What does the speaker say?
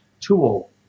tool